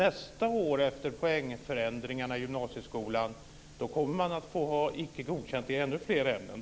Nästa år, efter poängförändringarna i gymnasieskolan, kommer man att få ha Icke godkänd i ännu fler ämnen.